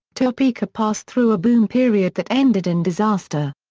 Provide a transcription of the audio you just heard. topeka passed through a boom period that ended in disaster.